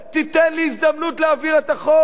תיתן לי הזדמנות להעביר את החוק.